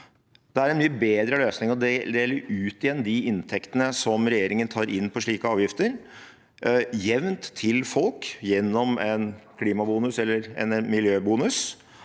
Det er en mye bedre løsning å dele ut igjen de inntektene som regjeringen tar inn på slike avgifter, jevnt til folk gjennom en klimabonus eller en miljøbonus,